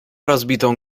rozbitą